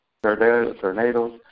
Tornadoes